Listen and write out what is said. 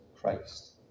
Christ